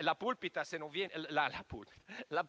la